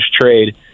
trade